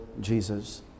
Jesus